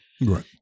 Right